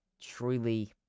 truly